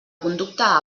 conducta